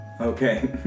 Okay